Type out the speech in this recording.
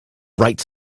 bright